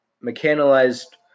mechanized